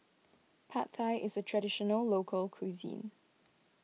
Pad Thai is a Traditional Local Cuisine